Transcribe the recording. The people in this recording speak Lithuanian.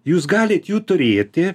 jūs galite jų turėti